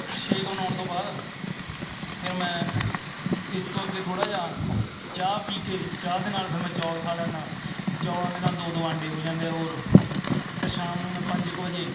shake ਬਣਾਉਣ ਤੋਂ ਬਾਅਦ ਫਿਰ ਮੈਂ ਇਸ ਤੋਂ ਅੱਗੇ ਥੋੜ੍ਹਾ ਜਿਹਾ ਚਾਹ ਪੀ ਕੇ ਚਾਹ ਦੇ ਨਾਲ ਫਿਰ ਮੈਂ ਚੌਲ ਖਾ ਲੈਂਦਾ ਚੌਲਾਂ ਦੇ ਨਾਲ ਦੋ ਦੋ ਆਂਡੇ ਹੋ ਜਾਂਦੇ ਆ ਹੋਰ ਫਿਰ ਸ਼ਾਮ ਨੂੰ ਮੈਂ ਪੰਜ ਕੁ ਵਜੇ